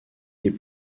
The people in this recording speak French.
les